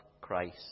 christ